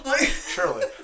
surely